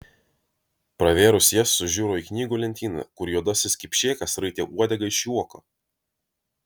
pravėrus jas sužiuro į knygų lentyną kur juodasis kipšėkas raitė uodegą iš juoko